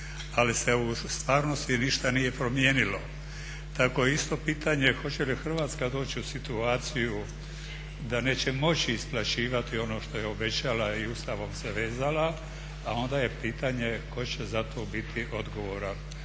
ali se u stvarnosti ništa nije promijenilo. Tako je isto pitanje hoće li Hrvatska doći u situaciju da neće moći isplaćivati ono što je obećala i Ustavom se vezala, a onda je pitanje tko će za to biti odgovoran?